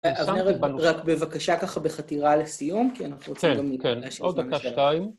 אבנר, רק בבקשה ככה בחתירה לסיום כי אנחנו רוצים גם... כן, כן, עוד דקה שתיים